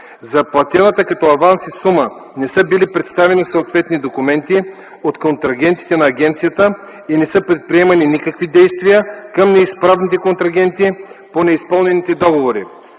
за платената като аванси сума не са били представени съответни документи от контрагентите на агенцията и не са били предприемани никакви действия към неизправните контрагенти по неизпълнените договори.